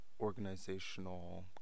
organizational